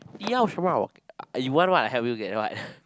你要什么 you want what I help you get what